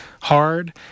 hard